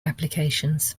applications